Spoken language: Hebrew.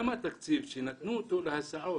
גם התקציב כשנתנו אותו להסעות,